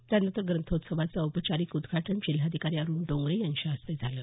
त्यानंतर ग्रंथोत्सवाचं औपचारिक उद्घाटन जिल्हाधिकारी अरुण डोंगरे यांच्या हस्ते झालं